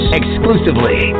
exclusively